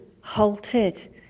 halted